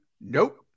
nope